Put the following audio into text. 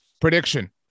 Prediction